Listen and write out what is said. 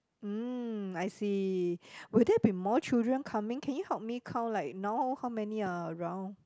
mm I see would there be more children coming can you help me count like now how many are around